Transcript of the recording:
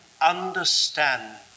understand